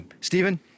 Stephen